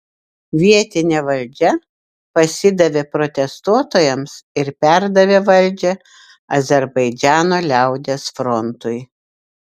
vietinė valdžia pasidavė protestuotojams ir perdavė valdžią azerbaidžano liaudies frontui